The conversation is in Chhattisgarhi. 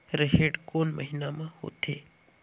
रेहेण कोन महीना म होथे?